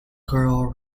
girl